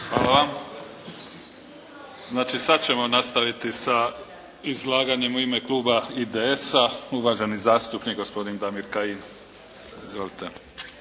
Hvala. Znači sad ćemo nastaviti sa izlaganjem. U ime Kluba IDS-a uvaženi zastupnik Damir Kajin. Izvolite.